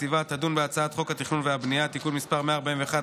הסביבה תדון בהצעת חוק התכנון והבנייה (תיקון מס' 41),